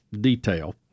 detail